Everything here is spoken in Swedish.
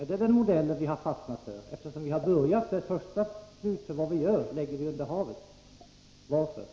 Är det den modellen vi har fastnat för, eftersom vi har börjat på det sättet? Det första slutförvar vi gör lägger vi under havet. Varför?